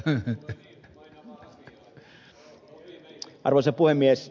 arvoisa puhemies